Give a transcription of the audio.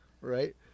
right